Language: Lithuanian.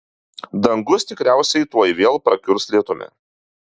dangus tikriausiai tuoj vėl prakiurs lietumi